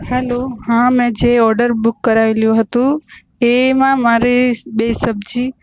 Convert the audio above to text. hello હા મેં જે ઓડર બુક કરાવેલો હતો એ એમાં મારે બે સબજી